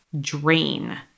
drain